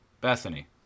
Bethany